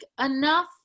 enough